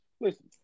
Listen